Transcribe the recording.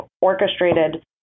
orchestrated